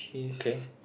okay